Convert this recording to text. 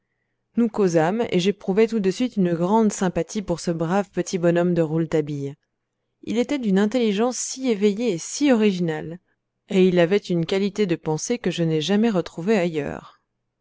nous causâmes et j'éprouvai tout de suite une grande sympathie pour ce brave petit bonhomme de rouletabille il était d'une intelligence si éveillée et si originale et il avait une qualité de pensée que je n'ai jamais retrouvée ailleurs